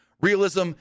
realism